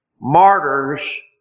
martyrs